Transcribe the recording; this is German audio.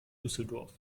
düsseldorf